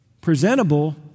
presentable